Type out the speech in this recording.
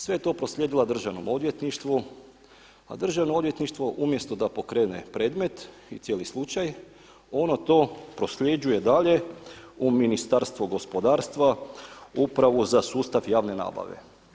Sve je to proslijedila Državnom odvjetništvu, a Državno odvjetništvo umjesto da pokrene predmet i cijeli slučaj ono to prosljeđuje dalje u Ministarstvo gospodarstva Upravu za sustav javne nabave.